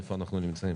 איפה אנחנו נמצאים?